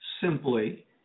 simply